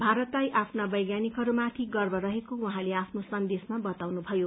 भारतलाई आफ्ना वैज्ञानिकहरूमाथि गर्व रहेको उहाँले आफ्नो सन्देशमा वताउनुभयो